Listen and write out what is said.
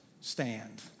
stand